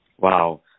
Wow